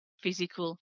physical